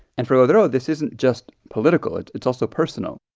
and for godreau, this isn't just political. it's it's also personal